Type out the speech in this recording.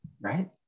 Right